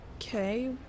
Okay